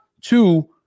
two